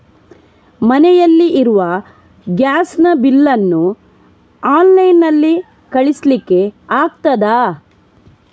ಮನೆಯಲ್ಲಿ ಇರುವ ಗ್ಯಾಸ್ ನ ಬಿಲ್ ನ್ನು ಆನ್ಲೈನ್ ನಲ್ಲಿ ಕಳಿಸ್ಲಿಕ್ಕೆ ಆಗ್ತದಾ?